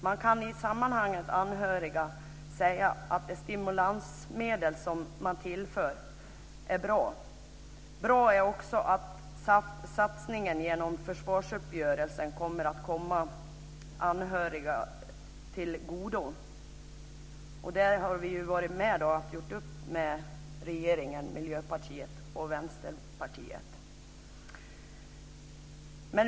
Man kan i samband med anhöriga säga att de stimulansmedel som tillförs är bra. Bra är också att satsningen genom försvarsuppgörelsen kommer att komma anhöriga till godo. Där har vi varit med och gjort upp tillsammans med regeringen och Miljöpartiet.